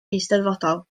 eisteddfodol